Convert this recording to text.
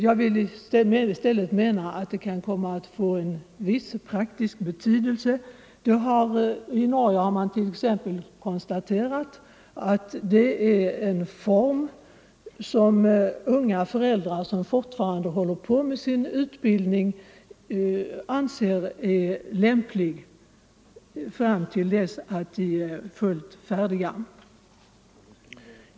Jag vill i stället säga att det kan komma att få en viss praktisk betydelse. I Norge har man t.ex. konstaterat att det är en form som unga föräldrar som inte är färdiga med sin utbildning anser vara lämplig för dem fram till dess att utbildningen är helt slutförd.